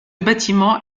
bâtiment